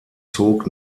zog